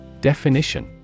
Definition